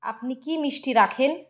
আপনি কি মিষ্টি রাখেন